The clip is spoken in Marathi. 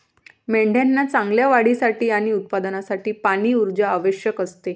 मेंढ्यांना चांगल्या वाढीसाठी आणि उत्पादनासाठी पाणी, ऊर्जा आवश्यक असते